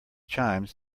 chimes